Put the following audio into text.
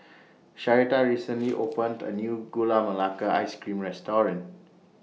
Sharita recently opened A New Gula Melaka Ice Cream Restaurant